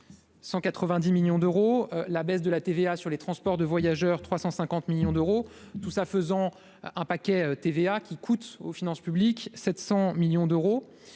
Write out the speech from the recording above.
190 millions d'euros, la baisse de la TVA sur les transports de voyageurs, 350 millions d'euros tout ça faisant un paquet TVA qui coûte aux finances publiques 700 millions d'euros